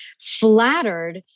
flattered